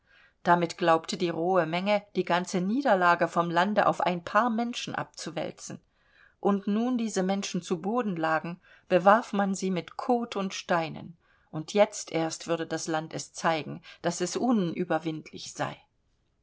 damit glaubte die rohe menge die ganze niederlage vom lande auf ein paar menschen abzuwälzen und nun diese menschen zu boden lagen bewarf man sie mit kot und steinen und jetzt erst würde das land es zeigen daß es unüberwindlich sei